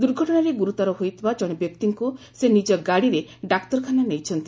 ଦୁର୍ଘଟଣାରେ ଗୁରୁତର ହୋଇଥିବା ଜଶେ ବ୍ୟକ୍ତିଙ୍କୁ ସେ ନିଜ ଗାଡିରେ ଡାକ୍ତରଖାନା ନେଇଛନ୍ତି